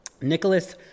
nicholas